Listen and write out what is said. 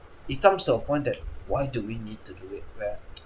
it comes to a point that why do we need to do it where